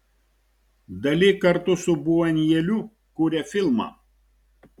dali kartu su bunjueliu kuria filmą